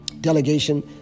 delegation